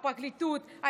הפרקליטות,